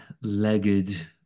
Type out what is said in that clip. legged